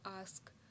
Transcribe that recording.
ask